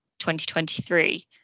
2023